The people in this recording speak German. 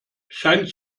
scheint